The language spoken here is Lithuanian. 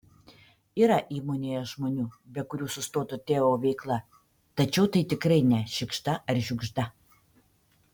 yra įmonėje žmonių be kurių sustotų teo veikla tačiau tai tikrai ne šikšta ar žiugžda